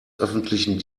öffentlichen